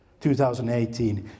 2018